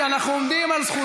זהו.